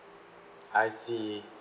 I see